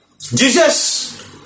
Jesus